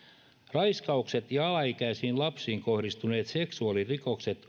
raiskaukset ja alaikäisiin lapsiin kohdistuneet seksuaalirikokset